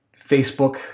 Facebook